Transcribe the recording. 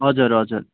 हजुर हजुर